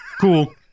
Cool